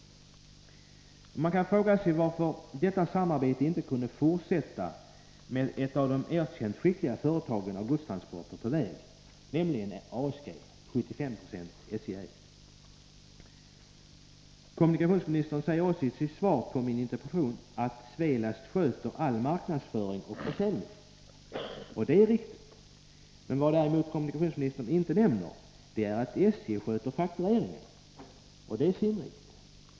Man kan fråga sig varför detta samarbete inte kunde fortsätta med ett företag som är erkänt skickligt när det gäller godstransporter på väg, nämligen ASG, till 75 Fo SJ-ägt. Kommunikationsministern säger också i sitt svar på min interpellation att Svelast sköter all marknadsföring och försäljning, och det är riktigt. Vad kommunikationsministern däremot inte nämner är att SJ sköter faktureringen, och det är sinnrikt.